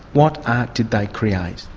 what art did they create?